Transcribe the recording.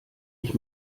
ich